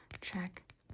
Check